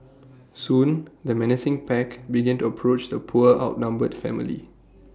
soon the menacing pack began to approach the poor outnumbered family